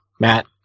Matt